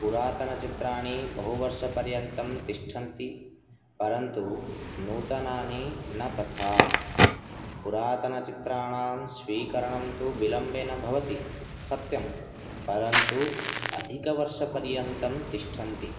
पुरातनचित्राणि बहुवर्षपर्यन्तं तिष्ठन्ति परन्तु नूतनानि न तथा पुरातनचित्राणां स्वीकरणं तु विलम्बेन भवति सत्यं परन्तु अधिकवर्षपर्यन्तं तिष्ठन्ति